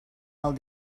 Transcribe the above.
del